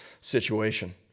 situation